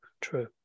true